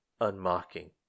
unmocking